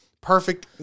perfect